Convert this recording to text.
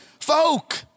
folk